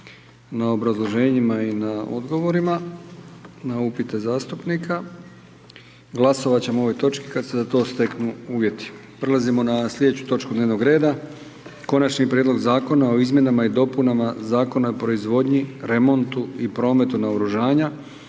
na obrazloženjima i na odgovorima. Glasovati ćemo o ovoj točki kada se za to steknu uvjeti. **Jandroković, Gordan (HDZ)** Konačni prijedlog Zakona o izmjenama i dopunama Zakona o proizvodnji, remontu i prometu naoružanja